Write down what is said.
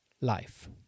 life